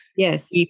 Yes